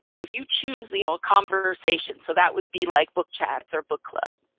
if you choose the old conversation, so that would be like book chats or book club.